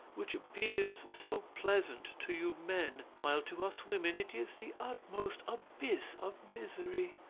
which appears so pleasant to you men, while to us women it is the utmost abyss of misery.